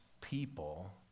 people